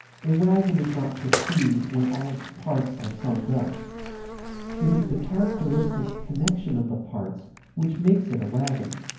a wagon is not perceived when all its parts are summed up it is the characteristic connection of the parts which makes it a wagon.